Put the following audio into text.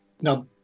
now